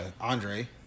Andre